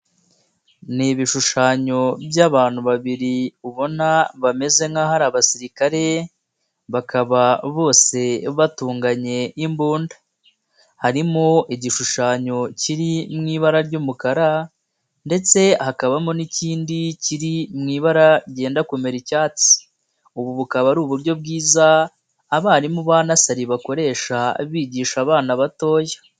Ni ibishushanyo by'abantu babiri ubona bameze nk'aho ari abasirikare bakaba bose batunganye imbunda, harimo igishushanyo kiri mu ibara ry'umukara ndetse hakabamo n'ikindi kiri mu ibara ryenda kumera icyatsi, ubu bukaba ari uburyo bwiza abarimu ba nasari bakoresha bigisha abana batoya.